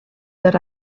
that